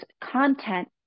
content